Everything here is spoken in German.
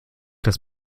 das